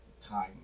time